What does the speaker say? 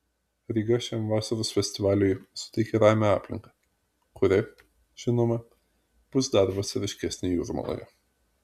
ryga šiam vasaros festivaliui suteikia ramią aplinką kuri žinoma bus dar vasariškesnė jūrmaloje